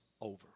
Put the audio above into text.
over